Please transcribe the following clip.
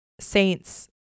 saints